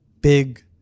big